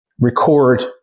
record